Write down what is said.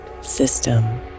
system